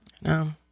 no